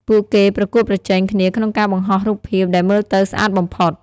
ពួកគេប្រកួតប្រជែងគ្នាក្នុងការបង្ហោះរូបភាពដែលមើលទៅស្អាតបំផុត។